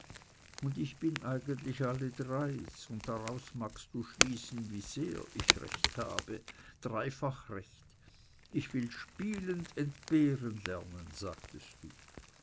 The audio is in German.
und ich bin eigentlich alles drei's und daraus magst du schließen wie sehr ich recht habe dreifach recht ich will spielend entbehren lernen sagst du